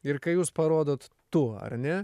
ir kai jūs parodot tu ar ne